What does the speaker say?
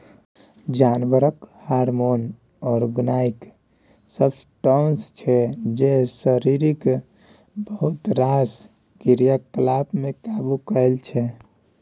जानबरक hormone organic substance छै जे शरीरक बहुत रास क्रियाकलाप केँ काबु करय छै